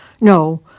No